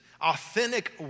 authentic